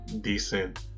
Decent